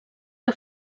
que